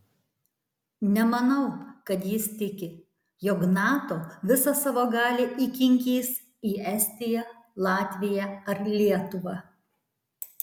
nemanau kad jis tiki jog nato visą savo galią įkinkys į estiją latviją ar lietuvą